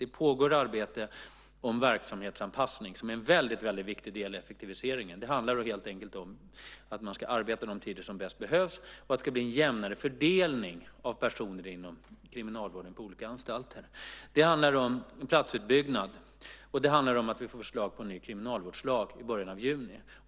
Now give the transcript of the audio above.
Det pågår ett arbete om en verksamhetsanpassning. Det är en viktig del i effektiviseringen. Det handlar helt enkelt om att arbeta de tider som bäst behövs och att det ska bli en jämnare fördelning av personer inom kriminalvården på olika anstalter. Det handlar om platsutbyggnad, och det handlar om att få förslag på en ny kriminalvårdslag i början av juni.